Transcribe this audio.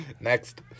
Next